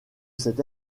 cet